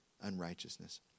unrighteousness